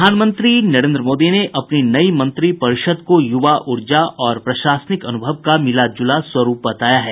प्रधानमंत्री नरेन्द्र मोदी ने अपनी नई मंत्रिपरिषद को युवा ऊर्जा और प्रशासनिक अनुभव का मिलाजुला स्वरूप बताया है